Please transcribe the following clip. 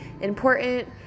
important